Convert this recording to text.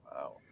Wow